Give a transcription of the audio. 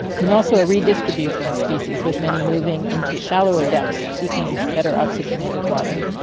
and also a redistribution of species with many moving into shallower depths seeking better oxygenated water.